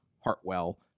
Hartwell